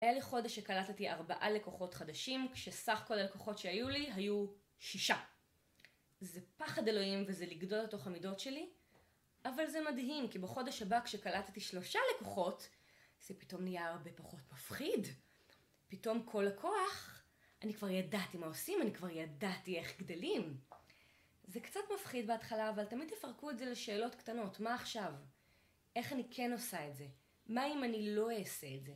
היה לי חודש שקלטתי 4 לקוחות חדשים, כשסך כל הלקוחות שהיו לי היו שישה. זה פחד אלוהים, וזה לגדול לתוך המידות שלי, אבל זה מדהים, כי בחודש הבא כשקלטתי 3 לקוחות, זה פתאום נהיה הרבה פחות מפחיד. פתאום כל לקוח, אני כבר ידעתי מה עושים, אני כבר ידעתי איך גדלים. זה קצת מפחיד בהתחלה, אבל תמיד תפרקו את זה לשאלות קטנות: מה עכשיו? איך אני כן עושה את זה? מה אם אני לא אעשה את זה?